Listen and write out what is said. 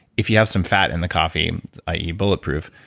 if you have some fat in the coffee i e. bulletproof,